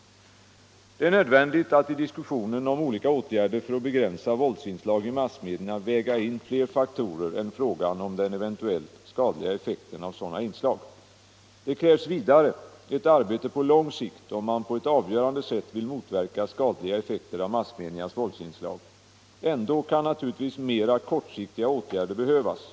Det är nödvändigt att i diskussionen om olika åtgärder för att begränsa våldsinslag i massmedierna väga in fler faktorer än frågan om den eventuella skadliga effekten av sådana inslag. Det krävs vidare ett arbete på lång sikt om man på ett avgörande sätt vill motverka skadliga effekter av massmediernas våldsinslag. Ändå kan naturligtvis mera kortsiktiga åtgärder behövas.